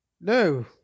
no